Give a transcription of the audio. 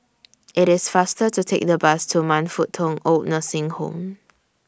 IT IS faster to Take The Bus to Man Fut Tong Oid Nursing Home